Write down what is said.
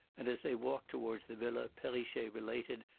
and as they walked towards the villa perrichet related,